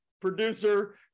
producer